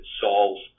solves